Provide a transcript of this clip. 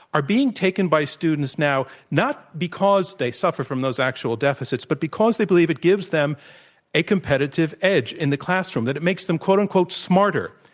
are being taken by students now not because they suffer from those actual deficits, but because they believe it gives them a competitive edge in the classroom, that it makes them, quote unquote, smarter.